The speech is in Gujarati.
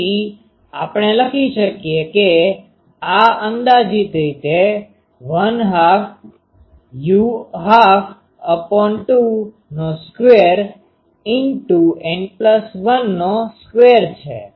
તેથી આપણે લખી શકીએ કે આ અંદાજીત રીતે 12u1222N12 છે